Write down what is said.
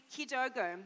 kidogo